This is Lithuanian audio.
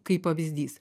kaip pavyzdys